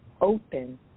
open